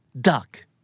Duck